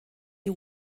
die